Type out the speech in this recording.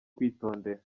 kwitondera